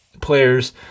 players